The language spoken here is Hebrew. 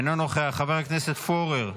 אינו נוכח, חבר הכנסת פורר,